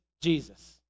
Jesus